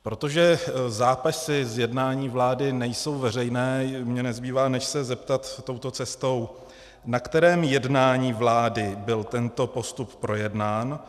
Protože zápisy z jednání vlády nejsou veřejné, mně nezbývá, než se zeptat touto cestou: Na kterém jednání vlády byl tento postup projednán?